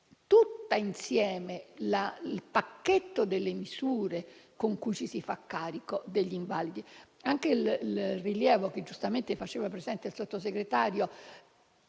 tutto il pacchetto delle misure attraverso con cui ci si fa carico degli invalidi. Richiamo il rilievo che giustamente faceva presente il Sottosegretario